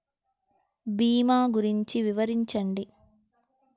భీమా గురించి వివరించండి?